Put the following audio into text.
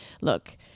look